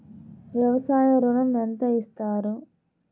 వ్యవసాయ ఋణం ఎంత ఇస్తారు?